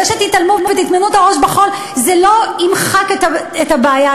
זה שתתעלמו ותטמנו את הראש בחול לא ימחק את הבעיה,